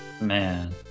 Man